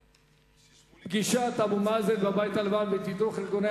הנושא פגישת אבו מאזן בבית הלבן ותדרוך ארגוני